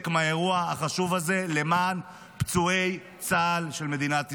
מהאירוע החשוב הזה למען פצועי צה"ל של מדינת ישראל.